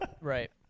Right